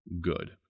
good